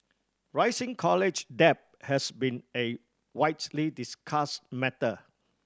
rising college debt has been a widely discussed matter